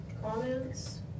comments